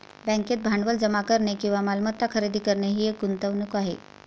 बँकेत भांडवल जमा करणे किंवा मालमत्ता खरेदी करणे ही एक गुंतवणूक आहे